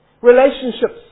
Relationships